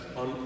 on